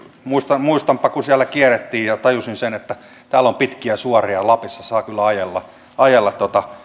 muistanpa kun siellä kierrettiin ja tajusin sen että täällä on pitkiä suoria ja lapissa saa kyllä ajella ajella